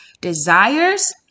desires